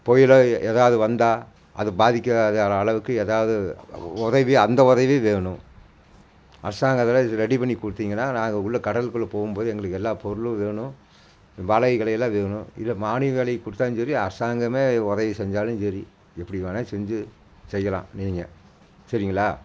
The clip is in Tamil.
புயலோ ஏதாவது வந்தால் அது பாதிக்காத அளவுக்கு ஏதாவது உதவி அந்த உதவி வேணும் அரசாங்கத்தால் இது ரெடி பண்ணி கொடுத்தீங்கன்னா நாங்கள் உள்ளே கடலுக்குள்ளே போகும் போது எங்களுக்கு எல்லா பொருளும் வேணும் வலை கிலையெல்லாம் வேணும் இதை மானிய விலையில கொடுத்தாலும் சரி அரசாங்கமே உதவி செஞ்சாலும் சரி எப்படி வேணுனா செஞ்சு செய்யலாம் நீங்கள் சரிங்களா